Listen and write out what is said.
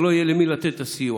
כבר לא יהיה למי לתת את הסיוע.